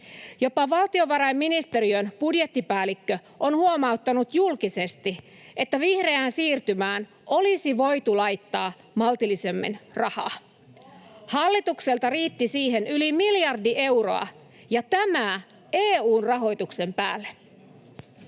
Jopa valtiovarainministeriön budjettipäällikkö on huomauttanut julkisesti, että vihreään siirtymään olisi voitu laittaa maltillisemmin rahaa. Hallitukselta riitti siihen yli miljardi euroa — ja tämä EU:n rahoituksen päälle.